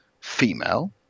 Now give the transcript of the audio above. female